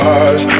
eyes